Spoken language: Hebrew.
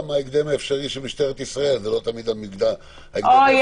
גם ההקדם האפשרי של משטרת ישראל זה לא תמיד במתחם הסבירות.